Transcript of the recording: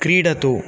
क्रीडतु